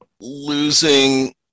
losing